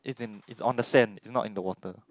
it's in it's on the sand it's not in the water